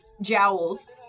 jowls